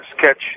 catch